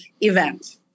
event